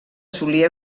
solia